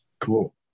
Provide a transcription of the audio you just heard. Cool